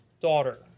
daughter